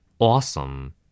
Awesome